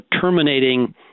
terminating